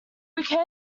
became